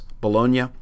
Bologna